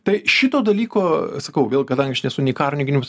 tai šito dalyko sakau vėl kadangi aš nesu nei karo nei gynybos